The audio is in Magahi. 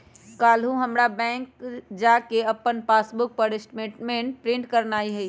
काल्हू हमरा बैंक जा कऽ अप्पन पासबुक पर स्टेटमेंट प्रिंट करेनाइ हइ